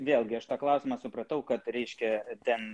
vėlgi aš tą klausimą supratau kad reiškia ten